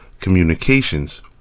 communications